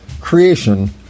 creation